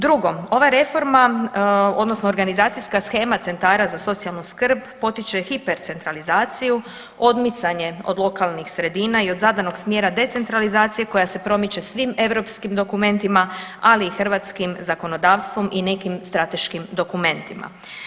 Drugo, ova reforma odnosno organizacijska shema centara za socijalnu skrb potiče hipercentralizaciju, odmicanje od lokalnih sredina i od zadanog smjera decentralizacije koja se promiče svim europskim dokumentima, ali i hrvatskim zakonodavstvom i nekim strateškim dokumentima.